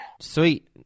Sweet